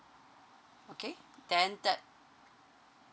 okay then the